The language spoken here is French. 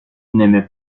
n’aimait